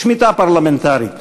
"שמיטה פרלמנטרית".